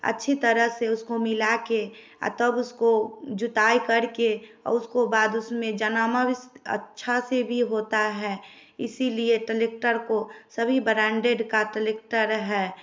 अच्छा तरह से उसको मिला के आ तब उसको जोताई करके उसको बाद उसमें जनामस अच्छा से भी होता है इसीलिए टलेक्टर को सभी ब्रांडेड का टलेक्टर है